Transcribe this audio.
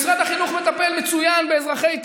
משרד החינוך מטפל מצוין באזרחי,